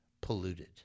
polluted